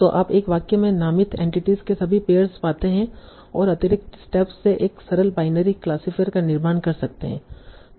तो आप एक वाक्य में नामित एंटिटीस के सभी पेयर्स पाते हैं और अतिरिक्त स्टेप से एक सरल बाइनरी क्लासिफायर का निर्माण कर सकते हैं